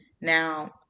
Now